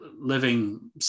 living